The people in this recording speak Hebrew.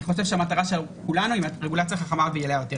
אני חושב שהמטרה של כולנו היא רגולציה חכמה ויעילה יותר.